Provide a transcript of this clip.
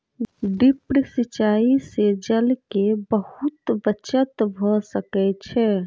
drip सिचाई से जल के बहुत बचत भ सकै छै